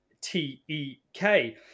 T-E-K